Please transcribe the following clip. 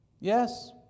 Yes